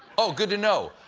ah good to know.